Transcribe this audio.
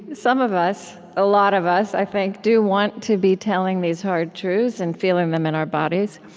some of us, a lot of us, i think, do want to be telling these hard truths and feeling them in our bodies,